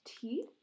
teeth